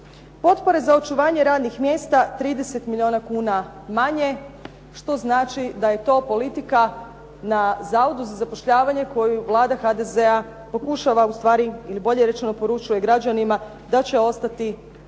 Potpore za očuvanje radnih mjesta 30 milijuna kuna manje, što znači da je to politika na Zavodu za zapošljavanje koju vlada HDZ-a pokušava ustvari ili bolje rečeno poručuje građanima da će ostati